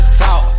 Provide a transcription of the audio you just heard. talk